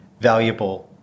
valuable